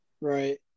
Right